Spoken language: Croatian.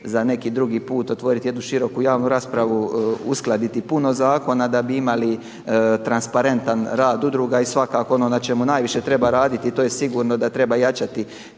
za neki drugi put, otvoriti jednu široku javnu raspravu, uskladiti puno zakona da bi imali transparentan rad udruga. I svakako ono na čemu najviše treba raditi i to je sigurno da treba jačati